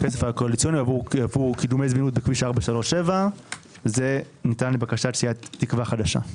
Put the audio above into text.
עבור קידומי זמינות בכביש 437. זה ניתן לבקשת סיעת תקווה חדשה.